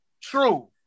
true